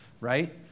Right